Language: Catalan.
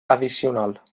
addicional